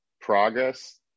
progress